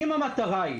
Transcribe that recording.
אם המטרה היא